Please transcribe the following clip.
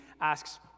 asks